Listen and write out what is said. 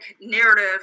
narrative